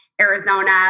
Arizona